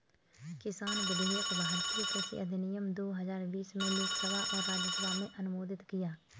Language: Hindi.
किसान विधेयक भारतीय कृषि अधिनियम दो हजार बीस में लोकसभा और राज्यसभा में अनुमोदित किया